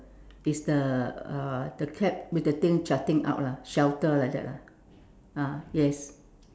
it's the uh the cap with the thing jutting out lah shelter like that lah ah yes